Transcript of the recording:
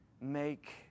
make